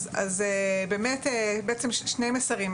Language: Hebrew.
אז באמת בעצם שני מסרים,